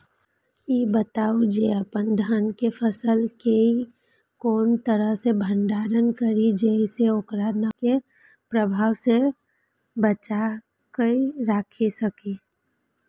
ई बताऊ जे अपन धान के फसल केय कोन तरह सं भंडारण करि जेय सं ओकरा नमी के प्रभाव सं बचा कय राखि सकी?